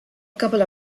couple